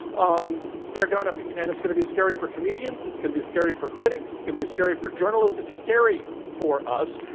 um they're going to be, and it's going to be scary for comedians it's going to be scary for critics it's going to be scary for journalists. it's scary for us,